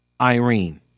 Irene